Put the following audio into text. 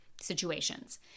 situations